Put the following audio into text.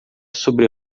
sobre